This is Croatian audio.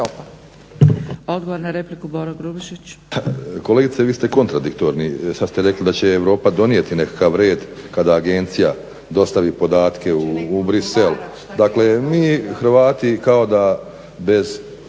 Odgovor na repliku, Boro Grubišić.